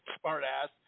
smart-ass